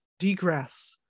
degress